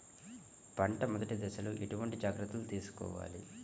పంట మెదటి దశలో ఎటువంటి జాగ్రత్తలు తీసుకోవాలి?